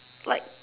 like